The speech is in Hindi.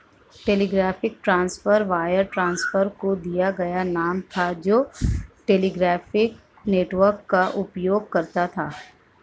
टेलीग्राफिक ट्रांसफर वायर ट्रांसफर को दिया गया नाम था जो टेलीग्राफ नेटवर्क का उपयोग करता था